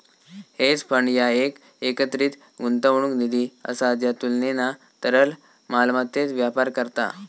hedge fund ह्या एक एकत्रित गुंतवणूक निधी असा ज्या तुलनेना तरल मालमत्तेत व्यापार करता